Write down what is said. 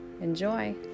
enjoy